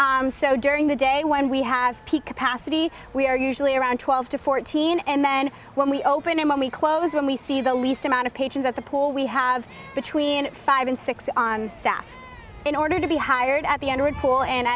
praying so during the day when we have peak capacity we are usually around twelve to fourteen and then when we open a mummy close when we see the least amount of patients at the pool we have between five and six on staff in order to be hired at the end would call and